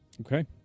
Okay